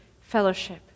fellowship